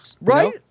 right